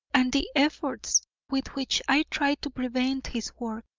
and the efforts with which i tried to prevent his work.